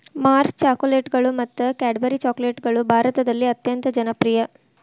Mars ಚಾಕೊಲೇಟ್ಗಳು ಮತ್ತು Cadbury ಚಾಕೊಲೇಟ್ಗಳು ಭಾರತದಲ್ಲಿ ಅತ್ಯಂತ ಜನಪ್ರಿಯ